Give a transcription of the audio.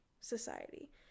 society